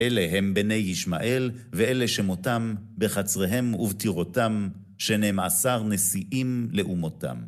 אלה הם בני ישמעאל, ואלה שמותם בחצרהם ובתירותם, שנם עשר נשיאים לאומותם.